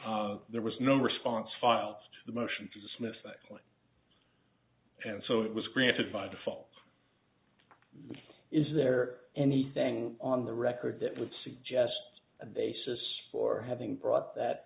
case there was no response filed the motion to dismiss likely and so it was granted by default is there anything on the record that would suggest a basis for having brought that